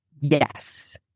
yes